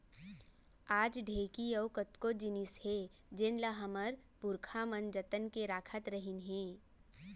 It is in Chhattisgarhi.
आज ढेंकी अउ कतको जिनिस हे जेन ल हमर पुरखा मन जतन के राखत रहिन हे